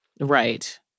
Right